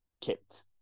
kept